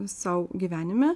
sau gyvenime